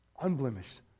Unblemished